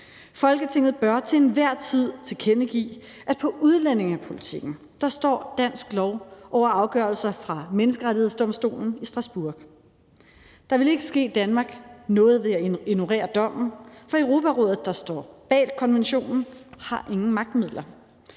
Folketinget bør til enhver tid tilkendegive, at dansk lov i udlændingepolitikken står over afgørelser fra Menneskerettighedsdomstolen i Strasbourg. Der ville ikke ske Danmark noget ved at ignorere dommen, for Europarådet, der står bag konventionen, har ingen magtmidler.